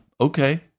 Okay